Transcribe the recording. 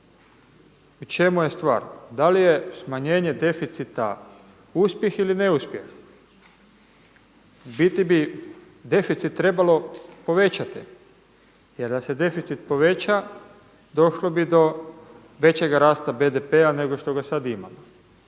u čemu je stvar, da li je smanjenje deficita uspjeh ili neuspjeh? U biti bi deficit trebalo povećati jer da se deficit poveća došlo bi većega rasta BDP-a nego što ga sada imamo.